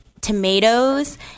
tomatoes